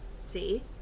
See